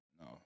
No